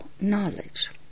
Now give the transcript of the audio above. knowledge